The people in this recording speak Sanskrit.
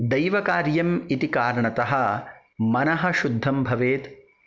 दैवकार्यम् इति कारणतः मनः शुद्धं भवेत्